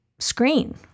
screen